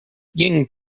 ying